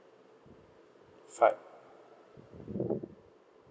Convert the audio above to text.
five